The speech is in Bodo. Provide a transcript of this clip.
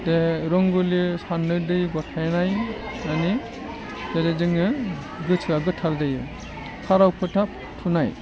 बे रंग'लि साननो दै गथायनाय माने ओरै जोङो गोसोआ गोथार जायो काराव फोथा थुनाय